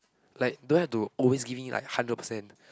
like don't have to always give me like hundred percent